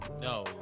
no